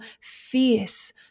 fierce